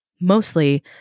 Mostly